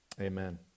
Amen